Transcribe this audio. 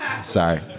Sorry